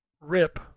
Rip